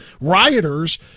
rioters